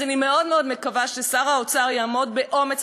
אז אני מקווה מאוד מאוד ששר האוצר יעמוד באומץ